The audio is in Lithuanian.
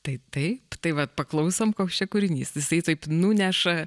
tai taip tai vat paklausom koks čia kūrinys jisai taip nuneša